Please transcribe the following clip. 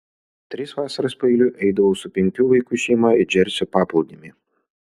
tris vasaras paeiliui eidavau su penkių vaikų šeima į džersio paplūdimį